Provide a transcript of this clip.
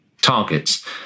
targets